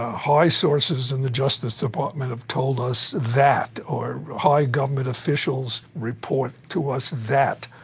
high sources in the justice department have told us that, or high government officials report to us that,